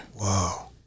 Wow